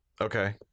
Okay